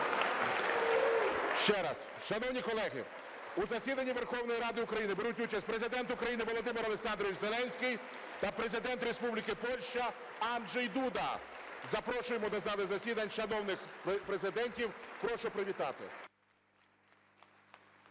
Ще раз. Шановні колеги, у засіданні Верховної Ради України беруть участь Президент України Володимир Олександрович Зеленський та Президент Республіки Польща Анджей Дуда. Запрошуємо до зали засідань шановних президентів. Прошу привітати.